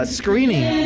screening